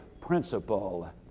principle